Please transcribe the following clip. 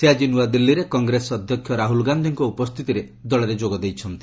ସେ ଆଜି ନୂଆଦିଲ୍ଲୀରେ କଂଗ୍ରେସ୍ ଅଧ୍ୟକ୍ଷ ରାହୁଲ୍ ଗାନ୍ଧିଙ୍କ ଉପସ୍ଥିତିରେ ଦଳରେ ଯୋଗ ଦେଇଛନ୍ତି